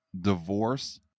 Divorce